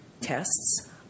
tests